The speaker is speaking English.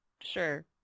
Sure